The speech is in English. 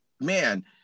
Man